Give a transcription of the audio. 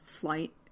flight